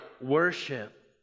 worship